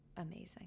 amazing